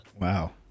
Wow